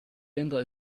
länder